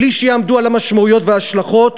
בלי שיעמדו על המשמעויות וההשלכות,